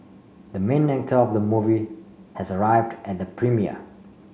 the main actor of the movie has arrived at the premiere